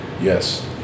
yes